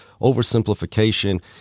oversimplification